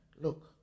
Look